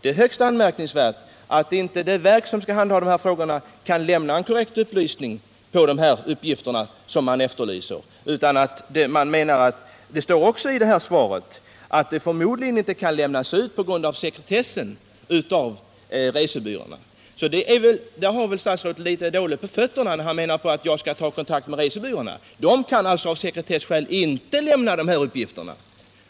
Det är högst anmärkningsvärt att det verk som skall handha dessa frågor inte kan lämna de uppgifter som efterlysts. Det står också i det svar jag fått från upplysningstjänsten att uppgifterna, förmodligen på grund av sekretessbestämmelser, inte kan lämnas av resebyråerna. Statsrådet har väl då litet dåligt på fötterna när han uppmanar mig att ta kontakt med resebyråerna. Dessa kan alltså av sekretesskäl inte lämna ut de här uppgifterna.